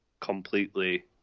completely